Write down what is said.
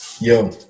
Yo